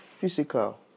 physical